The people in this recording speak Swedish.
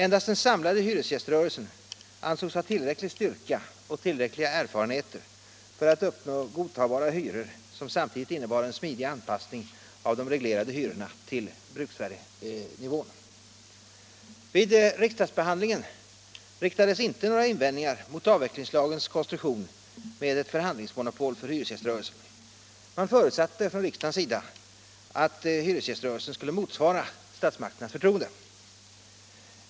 Endast den samlade hyresgäströrelsen ansågs ha tillräcklig styrka och tillräckliga erfarenheter för att uppnå godtagbara hyror som samtidigt innebar en smidig anpassning av de reglerade hyrorna till bruksvärdesnivån. Vid riksdagsbehandlingen riktades inte några invändningar mot avvecklingslagens konstruktion med förhandlingsmonopol för hyresgäströrelsen. Man förutsatte att hyresgäströrelsen skulle motsvara förtroendet från statsmakternas sida.